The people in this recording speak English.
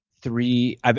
three –